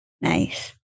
Nice